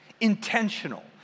intentional